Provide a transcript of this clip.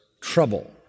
trouble